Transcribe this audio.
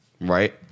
Right